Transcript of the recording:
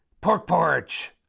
pork porch!